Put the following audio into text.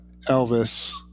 Elvis